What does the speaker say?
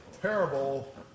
terrible